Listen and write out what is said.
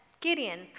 Gideon